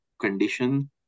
condition